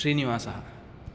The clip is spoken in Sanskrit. श्रीनिवासः